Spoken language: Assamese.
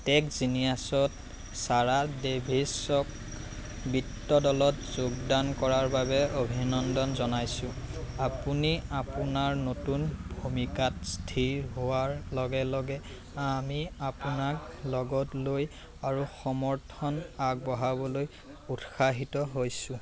টেকজিনিয়াছত ছাৰা ডেভিছক বিত্ত দলত যোগদান কৰাৰ বাবে অভিনন্দন জনাইছো আপুনি আপোনাৰ নতুন ভূমিকাত স্থিৰ হোৱাৰ লগে লগে আমি আপোনাক লগত লৈ আৰু সমৰ্থন আগবঢ়াবলৈ উৎসাহিত হৈছো